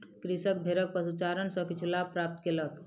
कृषक भेड़क पशुचारण सॅ किछु लाभ प्राप्त कयलक